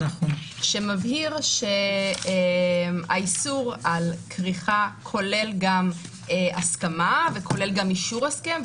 שמבהיר שהאיסור על כריכה כולל גם הסכמה וכולל גם אישור הסכם,